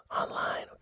online